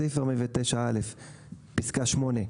53. כל פסקה (5) בסעיף 53,